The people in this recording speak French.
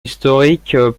historique